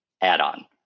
add-on